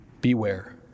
Beware